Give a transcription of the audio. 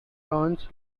turns